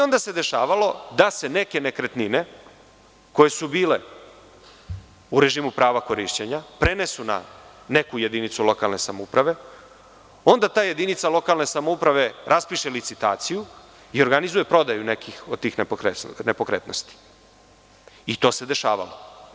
Onda se dešavalo da se neke nekretnine koje su bile u režimu prava korišćenja prenesu na neku jedinicu lokalne samouprave, onda ta jedinica lokalne samouprave raspiše licitaciju i organizuje prodaju nekih od tih nepokretnosti i to se dešavalo.